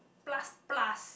plus plus